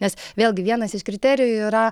nes vėlgi vienas iš kriterijų yra